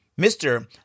Mr